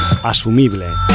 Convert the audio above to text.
asumible